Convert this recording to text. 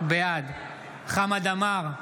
בעד חמד עמאר,